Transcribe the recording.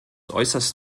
äußerst